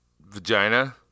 vagina